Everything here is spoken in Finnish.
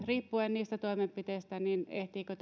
riippuen niistä toimenpiteistä ehtiikö